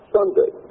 Sunday